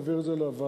להעביר את זה לוועדה.